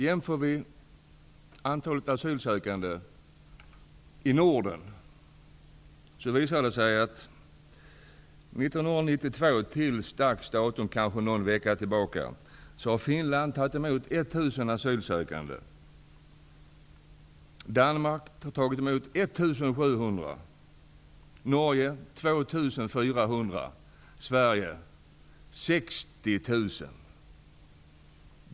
Jämför vi antalet asylsökande i Norden finner vi att under 1992 till för någon vecka sedan har Finland tagit emot 1 000 Sverige 60 000.